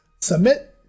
submit